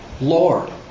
Lord